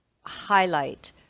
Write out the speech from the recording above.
highlight